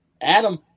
Adam